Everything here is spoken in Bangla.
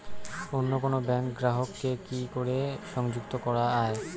অন্য কোনো ব্যাংক গ্রাহক কে কি করে সংযুক্ত করা য়ায়?